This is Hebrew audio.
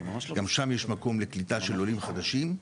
גם שם יש מקום לקליטה של עולים חדשים.